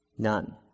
None